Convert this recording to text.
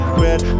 red